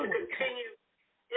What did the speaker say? continue